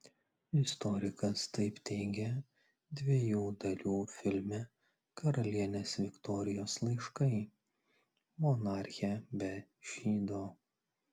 istorikas taip teigė dviejų dalių filme karalienės viktorijos laiškai monarchė be šydo